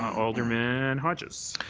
alderman and hodges.